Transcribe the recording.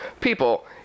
people